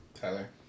Tyler